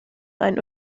einen